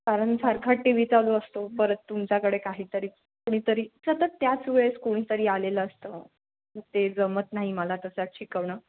कारण सारखा TV चालू असतो परत तुमच्याकडे काहीतरी कुणीतरी सतत त्याच वेळेस कोणीतरी आलेलं असतं ते जमत नाही मला तशात शिकवणं